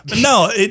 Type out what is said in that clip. No